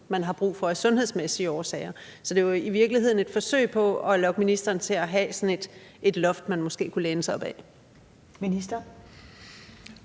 man af sundhedsmæssige årsager har brug for. Så det var i virkeligheden et forsøg på at lokke ministeren til at nævne et loft, man måske kunne læne sig op ad. Kl.